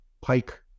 Pike